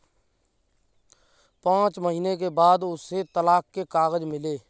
पांच महीने के बाद उसे तलाक के कागज मिले